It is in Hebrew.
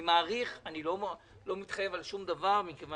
אני מעריך, אני לא מתחייב על שום דבר מכיוון